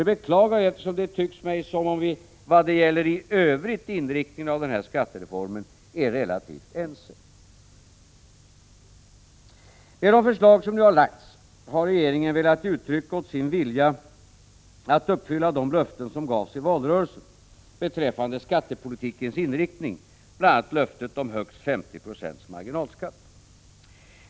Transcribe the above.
Det beklagar jag, eftersom det tycks mig som om vi vad gäller inriktningen av skattereformen i övrigt är relativt ense. Genom det förslag som nu framlagts har regeringen velat ge uttryck åt sin vilja att uppfylla de löften som gavs i valrörelsen beträffande skattepolitikens inriktning, bl.a. löftet om högst 50 70 marginalskatt.